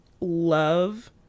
Love